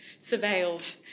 surveilled